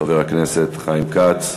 חבר הכנסת חיים כץ.